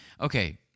Okay